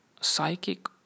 psychic